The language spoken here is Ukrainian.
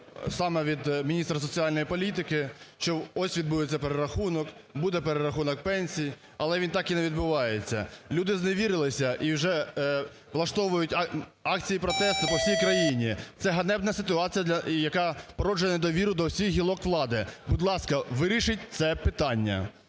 саме від міністра соціальної політики, що ось відбудеться перерахунок, буде перерахунок пенсій, але він так і не відбувається. Люди зневірилися і вже влаштовують акції протесту по всій країні. Це ганебна ситуація, яка породжує недовіру до всіх гілок влади. Будь ласка, вирішіть це питання.